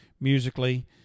musically